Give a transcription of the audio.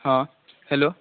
ହଁ ହ୍ୟାଲୋ